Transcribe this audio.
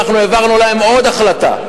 אנחנו העברנו להם עוד החלטה,